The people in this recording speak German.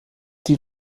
die